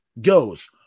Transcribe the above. goes